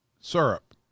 syrup